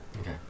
Okay